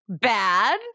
Bad